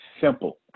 simple